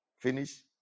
Finish